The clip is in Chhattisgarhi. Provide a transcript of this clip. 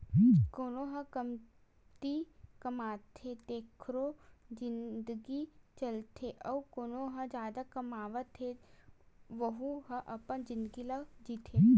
कोनो ह कमती कमाथे तेखरो जिनगी चलथे अउ कोना ह जादा कमावत हे वहूँ ह अपन जिनगी ल जीथे